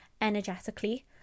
energetically